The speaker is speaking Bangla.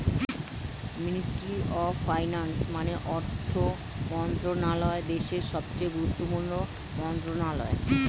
মিনিস্ট্রি অফ ফাইন্যান্স মানে অর্থ মন্ত্রণালয় দেশের সবচেয়ে গুরুত্বপূর্ণ মন্ত্রণালয়